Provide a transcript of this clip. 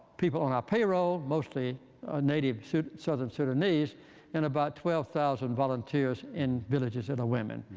people on our payroll, mostly native southern sudanese and about twelve thousand volunteers in villages that are women.